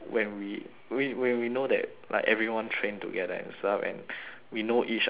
we when we know that like everyone train together and stuff and we know each others